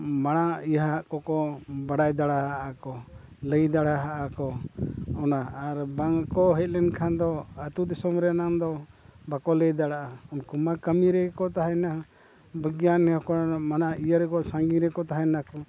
ᱢᱟᱲᱟᱝᱼᱟᱜ ᱤᱭᱟᱹᱣᱟᱜ ᱠᱚᱠᱚ ᱵᱟᱰᱟᱭ ᱫᱟᱲᱮᱭᱟᱜᱼᱟ ᱠᱚ ᱞᱟᱹᱭ ᱫᱟᱲᱮᱭᱟᱜ ᱟᱠᱚ ᱚᱱᱟ ᱟᱨ ᱵᱟᱝᱠᱚ ᱦᱮᱡᱞᱮᱱ ᱠᱷᱟᱱ ᱫᱚ ᱟᱛᱳᱼᱫᱤᱥᱚᱢ ᱨᱮᱱᱟᱜ ᱫᱚ ᱵᱟᱠᱚ ᱞᱟᱹᱭ ᱫᱟᱲᱮᱭᱟᱜᱼᱟ ᱩᱱᱠᱩ ᱢᱟ ᱠᱟᱹᱢᱤ ᱨᱮᱜᱮ ᱠᱚ ᱛᱟᱦᱮᱱᱟ ᱵᱤᱜᱽᱜᱟᱱ ᱦᱚᱸᱠᱚ ᱢᱟᱱᱮ ᱤᱭᱟᱹ ᱨᱮᱠᱚ ᱥᱟᱺᱜᱤᱧ ᱨᱮᱠᱚ ᱛᱟᱦᱮᱱᱟ ᱠᱚ